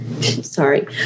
Sorry